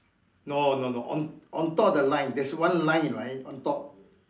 no no no on on top of the line there's one line right on top